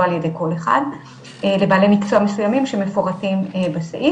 לא על ידי כל אחד לבעלי מקצוע מסוימים שמפורטים בסעיף.